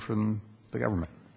from the government